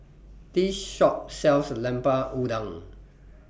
This Shop sells Lemper Udang